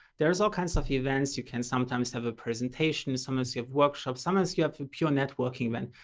there's all kinds of events. you can sometimes have a presentation, sometimes you have workshops, sometimes you have a pure networking event,